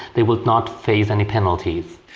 they would not face any penalties.